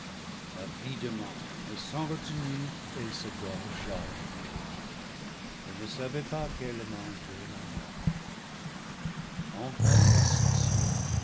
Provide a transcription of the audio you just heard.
avidement et sans retenue elle se gorgea du fruit et ne savait pas qu'elle mangeait la mort enfin rassasiée